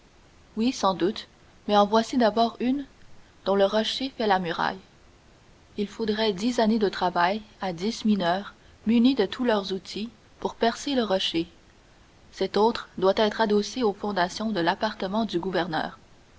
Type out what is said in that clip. oui sans doute mais en voici d'abord une dont le rocher fait la muraille il faudrait dix années de travail à dix mineurs munis de tous leurs outils pour percer le rocher cette autre doit être adossée aux fondations de l'appartement du gouverneur